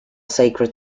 sacred